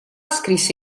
scrisse